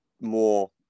more